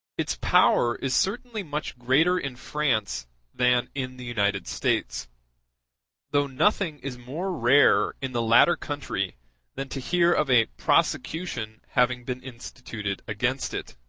its power is certainly much greater in france than in the united states though nothing is more rare in the latter country than to hear of a prosecution having been instituted against it.